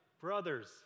brothers